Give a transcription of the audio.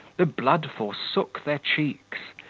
the blood forsook their cheeks,